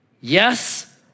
yes